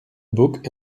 book